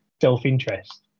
self-interest